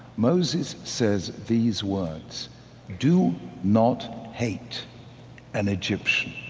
moses says these words do not hate an egyptian